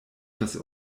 das